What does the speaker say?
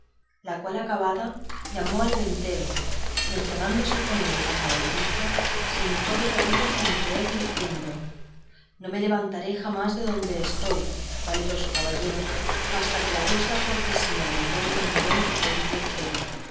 la cual acabada llamó al ventero y encerrándose con él en la caballeriza se hincó de rodillas ante él diciéndole no me levantaré jamás de donde estoy valeroso caballero fasta que la vuestra cortesía me otorgue un don que pedirle quiero